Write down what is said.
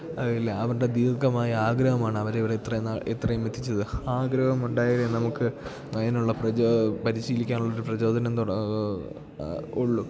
ഇല്ല അവരുടെ ദീര്ഘമായ ആഗ്രഹമാണ് അവരെ ഇവിടെ ഇത്രയും നാള് ഇത്രയും എത്തിച്ചത് ആഗ്രഹം ഉണ്ടായാൽ നമുക്ക് അതിനുള്ള പരിശീലിക്കാനുള്ള ഒരു പ്രചോദനം